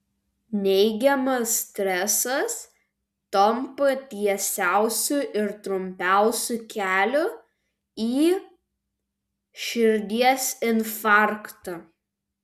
neigiamas stresas tampa tiesiausiu ir trumpiausiu keliu į širdies infarktą